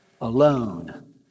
Alone